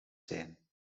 zijn